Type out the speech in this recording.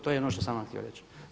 To je ono što sam vam htio reći.